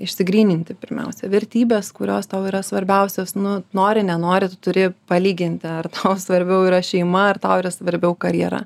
išsigryninti pirmiausia vertybes kurios tau yra svarbiausios nu nori nenori tu turi palyginti ar tau svarbiau yra šeima ar tau yra svarbiau karjera